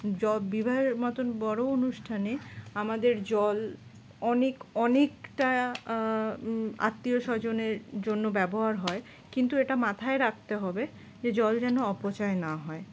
জ বিবাহের মতন বড়ো অনুষ্ঠানে আমাদের জল অনেক অনেকটা আত্মীয় স্বজনের জন্য ব্যবহার হয় কিন্তু এটা মাথায় রাখতে হবে যে জল যেন অপচয় না হয়